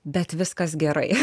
bet viskas gerai